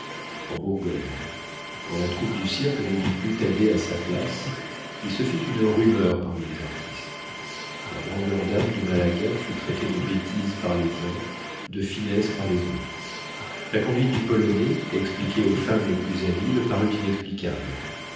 en bourgogne quand la troupe du cirque ne vit plus thaddée à sa place il se fit une rumeur parmi les artistes la grandeur d'âme de malaga fut traitée de bêtise par les uns de finesse par les autres la conduite du polonais expliquée aux femmes les plus habiles parut inexplicable